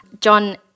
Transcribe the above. John